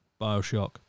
Bioshock